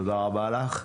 תודה רבה לך.